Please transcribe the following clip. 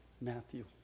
Matthew